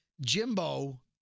Jimbo